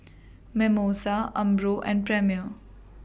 Mimosa Umbro and Premier